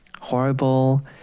horrible